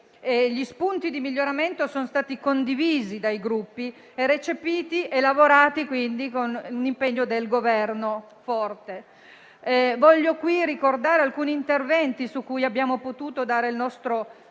gli spunti di miglioramento sono stati condivisi dai Gruppi e recepiti e lavorati quindi con l'impegno forte del Governo. Voglio ricordare qui alcuni interventi su cui abbiamo potuto dare il nostro